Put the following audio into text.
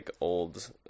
old